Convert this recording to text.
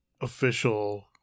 official